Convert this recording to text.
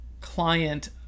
client